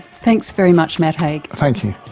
thanks very much, matt haig. thank you.